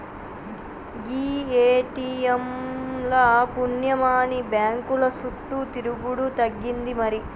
గీ ATM ల పుణ్యమాని బాంకుల సుట్టు తిరుగుడు తగ్గింది మరి